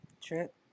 Trip